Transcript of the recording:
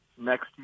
next